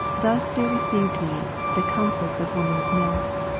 thus there received me the comforts of woman's milk.